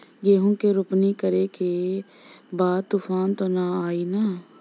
गेहूं के रोपनी करे के बा तूफान त ना आई न?